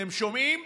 אתם שומעים,